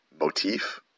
motif